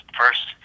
first